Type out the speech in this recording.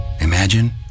imagine